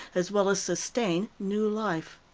as well as sustain, new life.